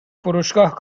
فروشگاه